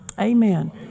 Amen